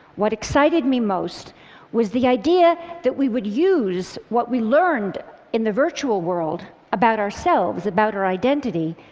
what excited me most was the idea that we would use what we learned in the virtual world about ourselves, about our identity,